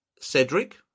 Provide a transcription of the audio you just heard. Cedric